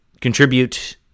contribute